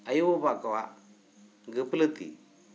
ᱟᱭᱳ ᱵᱟᱵᱟ ᱠᱚᱣᱟᱜ ᱜᱟᱹᱯᱞᱟᱹᱛᱤ